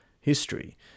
history